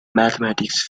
mathematics